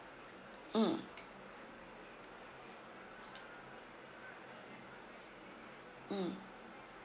mm mm